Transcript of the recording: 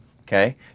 okay